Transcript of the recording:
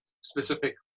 specific